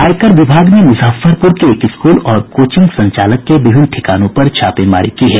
आयकर विभाग ने मुजफ्फरपुर के एक स्कूल और कोचिंग संचालक के विभिन्न ठिकानों पर छापेमारी की है